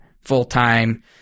full-time